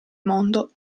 mondo